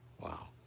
Wow